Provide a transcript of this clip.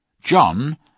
John